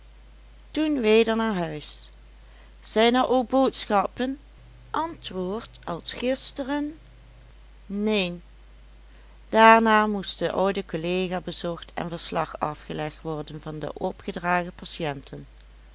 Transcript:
toen weder naar huis zijn er ook boodschappen antwoord als gisteren neen daarna moest de oude collega bezocht en verslag afgelegd worden van de opgedragen patiënten